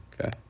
okay